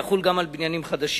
וזה יחול גם על בניינים חדשים.